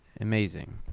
Amazing